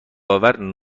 آور